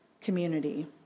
community